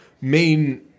main